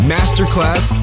Masterclass